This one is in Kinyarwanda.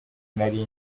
nari